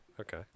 Okay